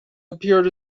appeared